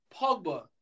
Pogba